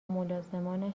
ملازمانش